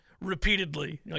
repeatedly